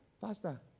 Pastor